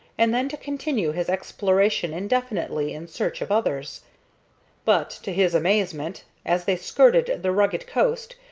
and then to continue his exploration indefinitely in search of others but, to his amazement, as they skirted the rugged coast,